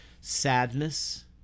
Sadness